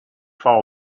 fall